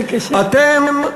אתם,